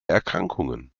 erkrankungen